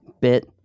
bit